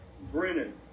Brennan